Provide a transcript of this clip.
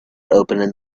opening